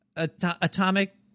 Atomic